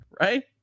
right